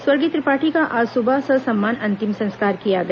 स्वर्गीय त्रिपाठी का आज सुबह ससम्मान अंतिम संस्कार किया गया